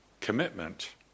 commitment